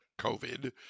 COVID